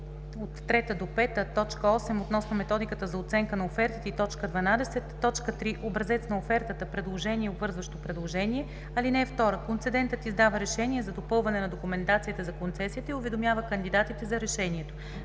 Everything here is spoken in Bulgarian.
т. 3-5, т. 8 относно методиката за оценка на офертите и т. 12; 3. образец на оферта (предложение и обвързващо предложение). (2) Концедентът издава решение за допълване на документацията за концесията и уведомява кандидатите за решението.